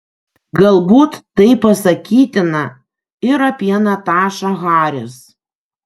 galbūt tai pasakytina ir apie natašą haris